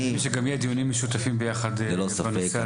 אמרנו שגם יהיה דיונים ביחד בנושא הזה.